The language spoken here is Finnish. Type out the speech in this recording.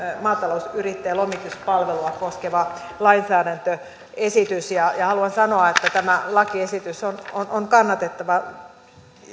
maatalousyrittäjien lomituspalvelua koskeva lainsäädäntöesitys ja ja haluan sanoa että tämä lakiesitys on kannatettava